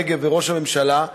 רגב וראש הממשלה,